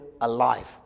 alive